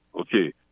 Okay